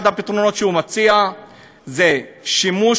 אחד הפתרונות שהוא מציע הוא שימוש